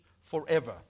forever